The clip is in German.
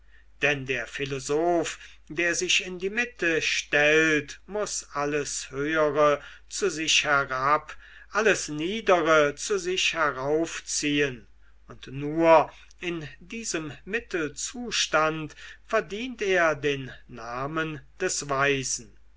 denn der philosoph der sich in die mitte stellt muß alles höhere zu sich herab alles niedere zu sich herauf ziehen und nur in diesem mittelzustand verdient er den namen des weisen